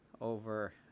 over